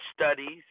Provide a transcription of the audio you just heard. studies